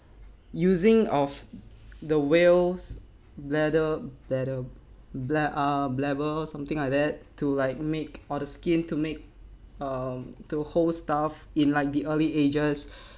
using of the whale's bladder bladder bla~ uh blabber something like that to like make or the skin to make um the whole stuff in like the early ages